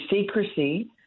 secrecy